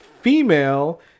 female